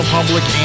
Public